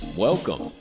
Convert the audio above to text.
Welcome